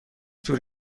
تور